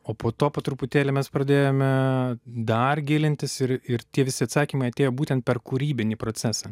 o po to po truputėlį mes pradėjome dar gilintis ir ir tie visi atsakymai atėjo būtent per kūrybinį procesą